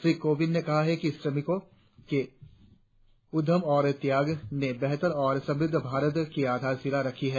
श्री कोविंद ने कहा कि श्रमिकों के उद्यम और त्याग ने बेहतर और समृद्ध भारत की आधारशिला रखी है